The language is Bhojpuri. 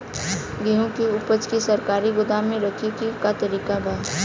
गेहूँ के ऊपज के सरकारी गोदाम मे रखे के का तरीका बा?